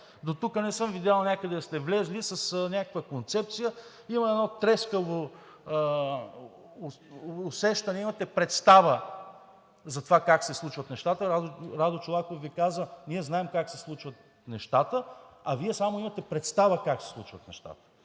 Дотук не съм видял някъде да сте влезли с някаква концепция. Има едно трескаво усещане, имате представа за това как се случват нещата. Радо Чолаков Ви каза: „Ние знаем как се случват нещата!“, а Вие само имате представа как се случват нещата.